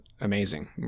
Amazing